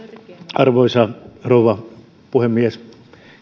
arvoisa rouva puhemies